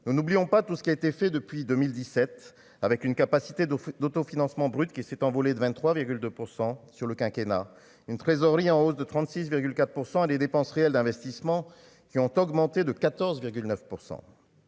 Nous n'oublions pas tout ce qui a été fait depuis 2017 avec une capacité de d'autofinancement brute qui s'est envolée de 23,2 % sur le quinquennat une trésorerie en hausse de 36,4 % des dépenses réelles d'investissements qui ont augmenté de 14,9 %.